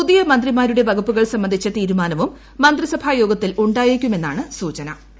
പ്രുതിയ മന്ത്രിമാരുടെ വകുപ്പുകൾ സംബന്ധിച്ച തീരുമാനുവും മന്ത്രിസഭാ യോഗത്തിൽ ഉണ്ടായേക്കുമെന്നാണ് സൂചന്റു